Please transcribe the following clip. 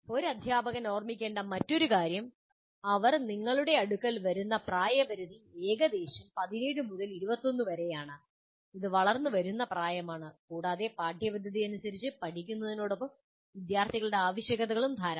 ഒരു അദ്ധ്യാപകൻ ഓർമ്മിക്കേണ്ട മറ്റൊരു കാര്യം അവർ നിങ്ങളുടെ അടുക്കൽ വരുന്ന പ്രായപരിധി ഏകദേശം 17 മുതൽ 21 വരെയാണ് ഇത് വളർന്നുവരുന്ന പ്രായമാണ് കൂടാതെ പാഠ്യപദ്ധതി അനുസരിച്ച് പഠിക്കുന്നതിനൊപ്പം വിദ്യാർത്ഥികളുടെ ആവശ്യകതകളും ധാരാളം